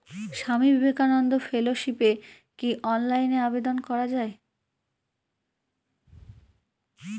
স্বামী বিবেকানন্দ ফেলোশিপে কি অনলাইনে আবেদন করা য়ায়?